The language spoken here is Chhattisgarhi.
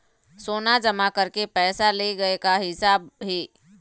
सोना जमा करके पैसा ले गए का हिसाब हे?